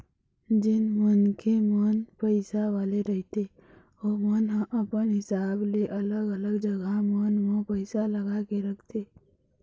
जेन मनखे मन पइसा वाले रहिथे ओमन ह अपन हिसाब ले अलग अलग जघा मन म पइसा लगा के रखथे